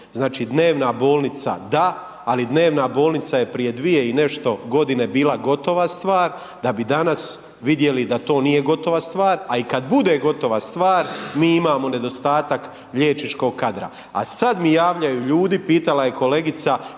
Znači, dnevna bolnica da, ali dnevna bolnica je prije dvije i nešto godine bila gotova stvar da bi danas vidjeli da to nije gotova stvar, a i kad bude gotova stvar, mi imamo nedostatak liječničkog kadra, a sad mi javljaju ljudi, pitala je kolegica